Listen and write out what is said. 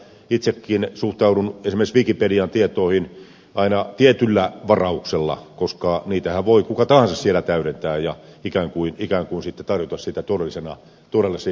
itsekin suhtaudun esimerkiksi wikipedian tietoihin aina tietyllä varauksella koska niitähän voi kuka tahansa siellä täydentää ja ikään kuin sitten tarjota sitä todellisena tietona